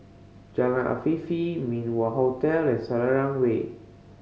Jalan Afifi Min Wah Hotel and Selarang Way